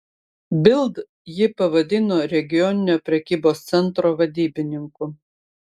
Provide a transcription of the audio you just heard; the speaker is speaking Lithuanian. bild jį pavadino regioninio prekybos centro vadybininku